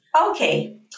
Okay